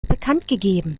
bekanntgegeben